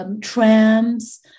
Trams